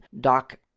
doc